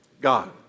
God